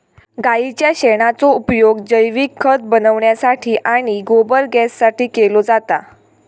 गाईच्या शेणाचो उपयोग जैविक खत बनवण्यासाठी आणि गोबर गॅससाठी केलो जाता